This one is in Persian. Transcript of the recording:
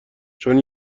چون